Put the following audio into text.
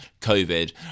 COVID